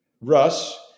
Russ